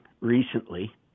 recently